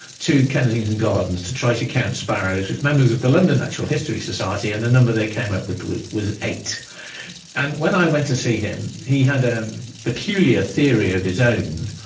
to kensington gardens to try to count sparrows with members of the london natural history society, and the number they came up with with was eight and when i went to see him, he had a um peculiar theory of his own,